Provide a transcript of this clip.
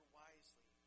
wisely